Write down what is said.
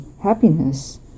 happiness